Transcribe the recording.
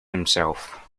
himself